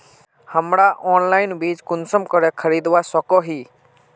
हमरा ऑनलाइन बीज कुंसम करे खरीदवा सको ही?